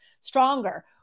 stronger